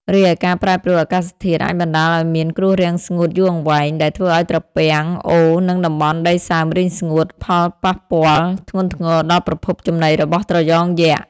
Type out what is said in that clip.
រីឯការប្រែប្រួលអាកាសធាតុអាចបណ្តាលឲ្យមាន គ្រោះរាំងស្ងួតយូរអង្វែង ដែលធ្វើឲ្យត្រពាំង អូរ និងតំបន់ដីសើមរីងស្ងួត ប៉ះពាល់ធ្ងន់ធ្ងរដល់ប្រភពចំណីរបស់ត្រយងយក្ស។